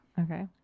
Okay